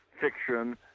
fiction